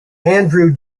andrew